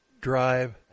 drive